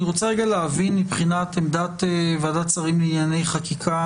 אני רוצה להבין מבחינת עמדת ועדת השרים לענייני חקיקה,